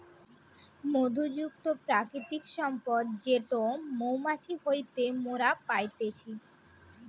মধু যুক্ত প্রাকৃতিক সম্পদ যেটো মৌমাছি হইতে মোরা পাইতেছি